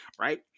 right